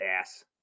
ass